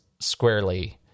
squarely